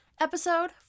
episode